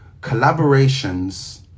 Collaborations